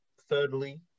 Thirdly